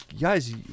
guys